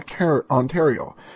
Ontario